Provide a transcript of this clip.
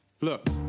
Look